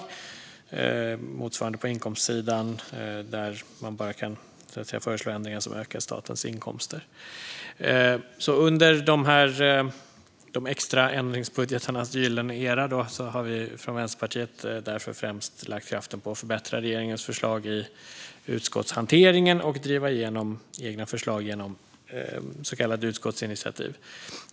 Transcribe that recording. Det ser ut på motsvarande sätt på inkomstsidan där man bara kan föreslå ändringar som ökar statens inkomster. Under de extra ändringsbudgetarnas gyllene era har vi från Vänsterpartiet därför främst lagt kraften på att förbättra regeringens förslag i utskottshanteringen och driva igenom egna förslag genom så kallade utskottsinitiativ.